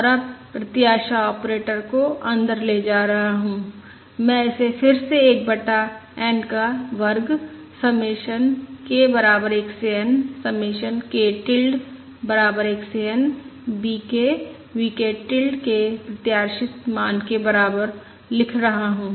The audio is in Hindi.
और अब प्रत्याशा ऑपरेटर को अंदर ले जा रहा हूं मैं इसे फिर से 1 बटा N का वर्ग समेशन k बराबर 1 से N समेशन k टिल्ड बराबर 1 से N V k V k tilde के प्रत्याशित मान के बराबर लिख रहा हूं